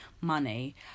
money